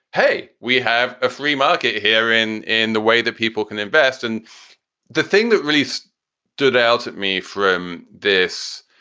hey, we have a free market here in in the way that people can invest. and the thing that really so stood out to me from this.